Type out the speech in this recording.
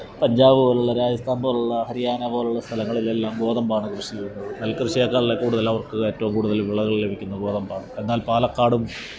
പഞ്ചാബ് പോലുള്ള രാജസ്ഥാന് പോലുള്ള ഹരിയാന പോലുള്ള സ്ഥലങ്ങളിലെല്ലാം ഗോതമ്പാണ് കൃഷി ചെയ്യുന്നത് നെല്കൃഷിയെക്കാൾ കൂടുതൽ അവര്ക്ക് ഏറ്റവും കൂടുതൽ വിളകള് ലഭിക്കുന്നത് ഗോതമ്പാണ് എന്നാല് പാലക്കാടും